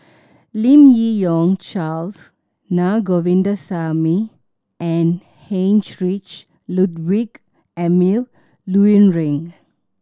Lim Yi Yong Charles Na Govindasamy and Heinrich Ludwig Emil Luering